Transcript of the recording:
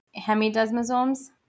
hemidesmosomes